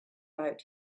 out